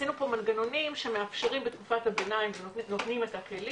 עשינו פה מנגנונים שמאפשרים בתקופת הביניים ונותנים את הכלים.